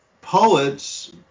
poets